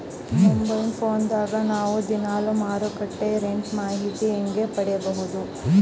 Mobile phone ದಾಗ ನಾವು ದಿನಾಲು ಮಾರುಕಟ್ಟೆ ರೇಟ್ ಮಾಹಿತಿ ಹೆಂಗ ಪಡಿಬಹುದು?